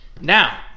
Now